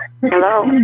Hello